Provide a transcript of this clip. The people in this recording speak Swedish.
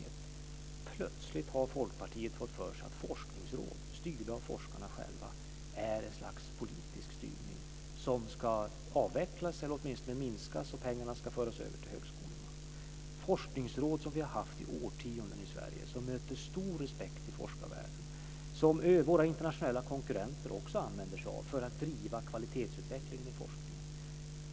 Plötsligt har Folkpartiet fått för sig att forskningsråd, styrda av forskarna själva, är ett slags politisk styrning, som ska avvecklas eller åtminstone minskas och pengarna föras över till högskolorna. Forskningsråd har vi haft i årtionden i Sverige, och de möter stor respekt i forskarvärlden. Våra internationella konkurrenter använder sig också av dem för att driva kvalitetsutvecklingen i forskningen.